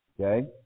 okay